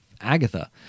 Agatha